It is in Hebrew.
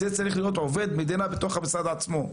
אתה מסכים שזה צריך להיות עובד מדינה בתוך המשרד עצמו?